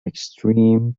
extreme